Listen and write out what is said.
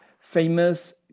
famous